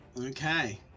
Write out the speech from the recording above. Okay